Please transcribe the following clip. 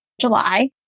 July